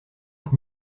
donc